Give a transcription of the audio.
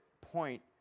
point